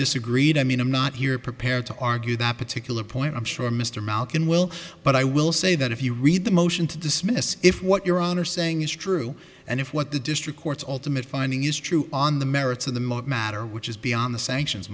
disagreed i mean i'm not here prepared to argue that particular point i'm sure mr malkin will but i will say that if you read the motion to dismiss if what your honor saying is true and if what the district courts ultimate finding is true on the merits of the most matter which is beyond the sanctions